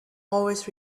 always